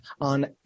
on